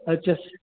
اچھا